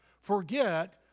forget